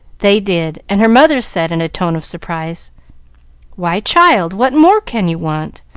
they did, and her mother said in a tone of surprise why, child, what more can you want?